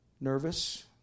nervous